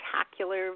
spectacular